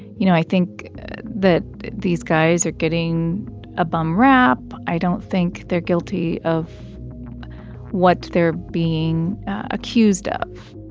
you know, i think that these guys are getting a bum rap. i don't think they're guilty of what they're being accused ah of